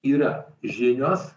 yra žinios